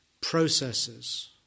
processes